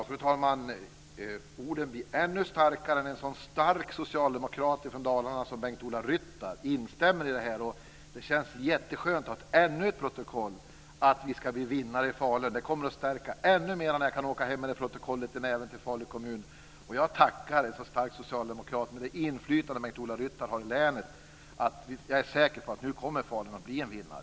Fru talman! Orden blir ännu starkare när en så stark socialdemokrat från Dalarna som Bengt-Ola Ryttar instämmer i dem. Det känns jätteskönt att ha ännu ett protokoll där det står att vi ska bli vinnare i Falun. Det kommer att stärka mig ännu mer när jag kan åka hem med det protokollet i näven till Falu kommun. Jag tackar en så stark socialdemokrat, med det inflytande Bengt-Ola Ryttar har i länet. Jag är säker på att Falun nu kommer att bli en vinnare.